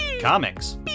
comics